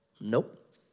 Nope